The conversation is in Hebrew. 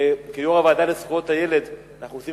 וכיושב-ראש הוועדה לזכויות הילד אנחנו עושים